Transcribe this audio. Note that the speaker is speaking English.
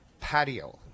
patio